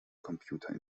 computer